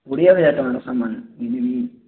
କୋଡ଼ିଏ ହଜାର ଟଙ୍କାର ସାମାନ କିଣିବି